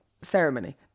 ceremony